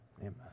amen